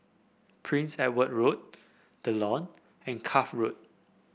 Prince Edward Road The Lawn and Cuff Road